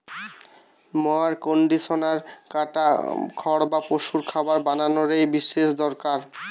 mower conditioner কাটা খড় বা পশুর খাবার বানানা রে বিশেষ দরকারি